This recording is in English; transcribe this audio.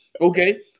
okay